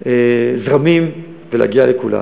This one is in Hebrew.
זרמים ולהגיע לכולנו.